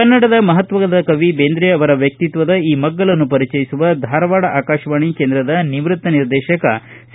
ಕನ್ನಡದ ಮಹತ್ತದ ಕವಿ ಬೇಂದ್ರ ಅವರ ವ್ಯಕ್ತಿತ್ತದ ಈ ಮಗ್ಗುಲನ್ನು ಪರಿಚಯಿಸುವ ಧಾರವಾಡ ಆಕಾಶವಾಣಿ ಕೇಂದ್ರದ ನಿವೃತ್ತ ನಿರ್ದೇಶಕ ಸಿ